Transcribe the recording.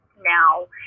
now